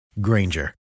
Granger